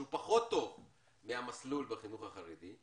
שהוא פחות טוב מהמסלול בחינוך החרדי,